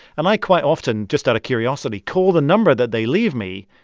and i quite often, just out of curiosity, call the number that they leave me.